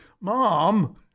Mom